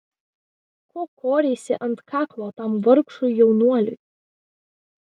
ko koreisi ant kaklo tam vargšui jaunuoliui